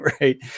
right